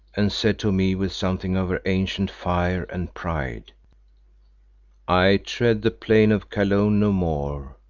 and said to me with something of her ancient fire and pride i tread the plain of kaloon no more,